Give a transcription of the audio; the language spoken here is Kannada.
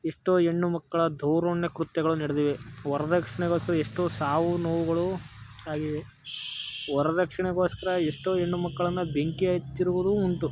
ಎಷ್ಟೋ ಹೆಣ್ಣು ಮಕ್ಕಳ ದಾರುಣ್ಯ ಕೃತ್ಯಗಳು ನಡೆದಿವೆ ವರ್ದಕ್ಷಿಣೆಗೋಸ್ಕರ ಎಷ್ಟೋ ಸಾವು ನೋವುಗಳು ಹಾಗೇ ವರ್ದಕ್ಷಿಣೆಗೋಸ್ಕರ ಎಷ್ಟೋ ಹೆಣ್ಣು ಮಕ್ಕಳನ್ನು ಬೆಂಕಿ ಹಚ್ಚಿರುವುದೂ ಉಂಟು